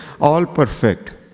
all-perfect